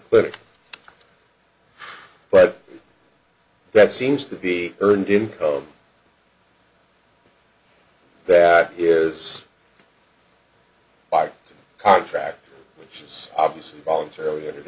clinic but that seems to be earned income that is by contract which is obviously voluntarily entered